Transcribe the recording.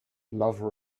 love